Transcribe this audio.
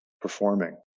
performing